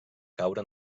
caure